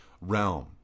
realm